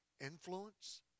influence